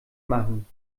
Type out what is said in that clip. machen